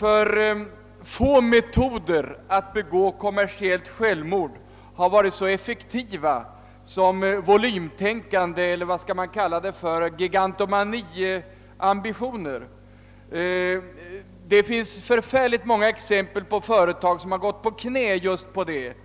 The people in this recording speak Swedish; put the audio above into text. Ty få metoder att begå kommersiellt självmord har varit så effektiva som volymtänkande eller låt mig kalla det gigantomaniambitioner. Det finns en mängd exempel på företag som har tvingats på knä just på detta sätt.